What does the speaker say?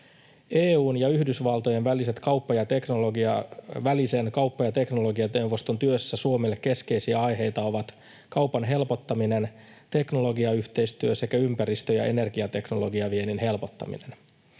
EU:n ja Yhdysvaltojen välisen kauppa- ja teknologianeuvoston työssä Suomelle keskeisiä aiheita ovat kaupan helpottaminen, teknologiayhteistyö sekä ympäristö- ja energiateknologiaviennin helpottaminen.